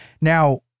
Now